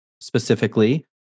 specifically